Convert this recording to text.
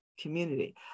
community